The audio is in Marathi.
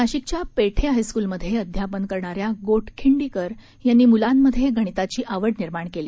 नाशिकच्या पेठे हायस्क्ल मध्ये अध्यापन करणाऱ्या गोटखिंडीकर यांनी मुलांमध्ये गणिताची आवड निर्माण केली